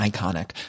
Iconic